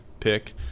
pick